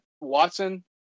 Watson